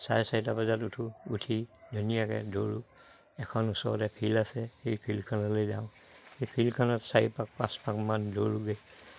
চাৰে চাৰিটা বজাত উঠো উঠি ধুনীয়াকে দৌৰোঁ এখন ওচৰতে ফিল্ড আছে সেই ফিল্ডখনলৈ যাওঁ সেই ফিল্ডখনত চাৰিপাক পাঁচপাকমান দৌৰোঁগে